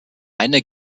eine